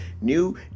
new